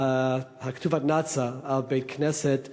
את כתובות הנאצה על בית-כנסת בירושלים,